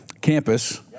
campus